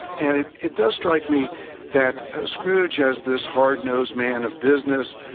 and it it does strike me that scrooge has this hard-nosed man of business,